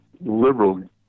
liberal